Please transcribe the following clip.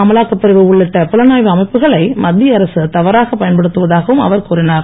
அமலாக்க பிரிவு உள்ளிட்ட புலனாய்வு அமைப்புகளை மத்திய அரசு தவறாக பயன்படுத்துவதாகவும் அவர் கூறினார்